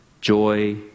joy